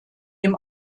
dem